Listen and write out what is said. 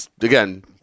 again